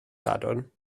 sadwrn